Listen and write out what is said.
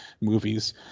movies